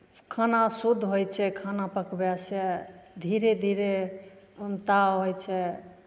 खाना शुद्ध होइ छै खाना पकबयसँ धीरे धीरे कम ताव होइ छै